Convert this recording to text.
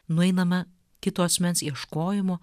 nueinama kito asmens ieškojimo